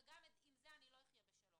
וגם עם זה אני לא אחיה בשלום.